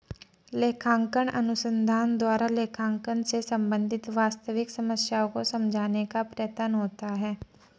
लेखांकन अनुसंधान द्वारा लेखांकन से संबंधित वास्तविक समस्याओं को समझाने का प्रयत्न होता है